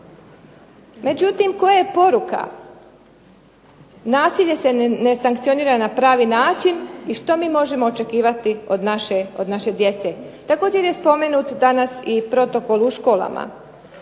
Međutim, koja je poruka? Nasilje se ne sankcionira na pravi način i što mi možemo očekivati od naše djece. Također je spomenut danas i protokol u školama.